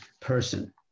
person